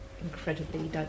incredibly